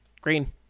Green